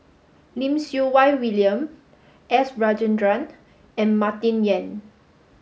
Lim Siew Wai William S Rajendran and Martin Yan